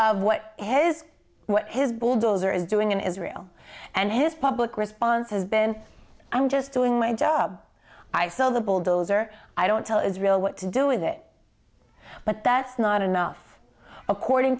of what his what his bulldozer is doing in israel and his public response has been i'm just doing my job i sell the bulldozer i don't tell israel what to do with it but that's not enough according